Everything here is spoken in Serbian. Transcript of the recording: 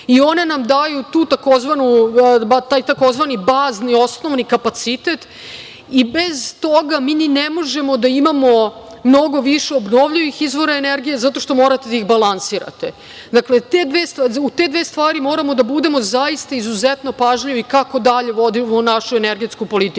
I one nam daju taj tzv. "bazni", osnovni kapacitet i bez toga mi ni ne možemo da imamo mnogo više obnovljivih izvora energije zato što morate da ih balansirate. Dakle, u te dve stvari moramo da budemo zaista izuzetno pažljivi kako dalje vodimo našu energetsku politiku.